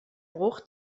bruch